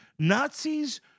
Nazis